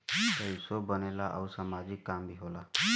पइसो बनेला आउर सामाजिक काम भी होला